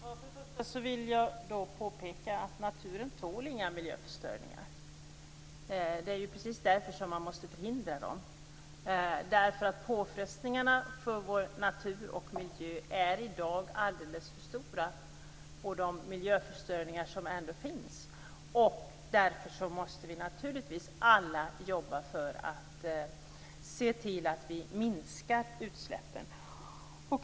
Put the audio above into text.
Herr talman! För det första vill jag påpeka att naturen inte tål några miljöförstöringar. Det är precis därför man måste förhindra dem. Påfrestningarna på natur och miljö är i dag alldeles för stora med de miljöförstöringar som ändå finns. Därför måste vi alla jobba för att se till att minska utsläppen.